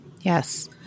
Yes